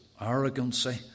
arrogancy